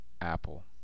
apple